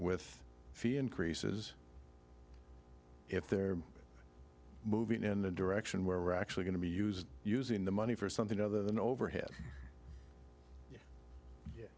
with fee increases if they're moving in the direction where we're actually going to be used using the money for something other than overhead